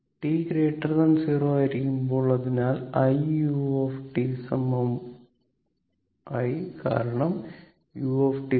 t 0 ആയിരിക്കുമ്പോൾ അതിനാൽ i u t I കാരണം u 1